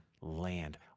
land